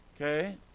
Okay